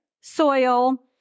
soil